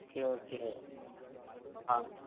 okay okay ആ